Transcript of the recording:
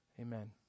amen